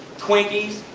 twinkies.